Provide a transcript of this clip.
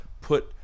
put